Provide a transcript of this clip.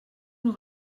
noch